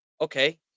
Okay